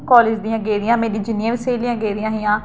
college दियां गेदियां हियां मेरियां जिन्नियां बी स्हेलियां गेदियां हियां